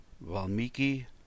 Valmiki